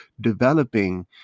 developing